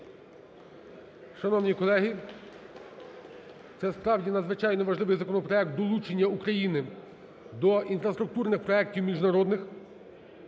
Шановні колеги, це справді надзвичайно важливий законопроект, долучення України до інфраструктурних проектів міжнародних